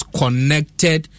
connected